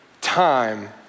time